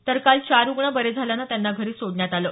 तर काल चार रुग्ण बरे झाल्यानं त्यांना घरी सोडण्यात आलं